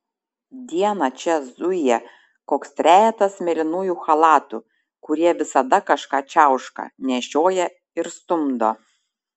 dieną čia zuja koks trejetas mėlynųjų chalatų kurie visada kažką čiauška nešioja ir stumdo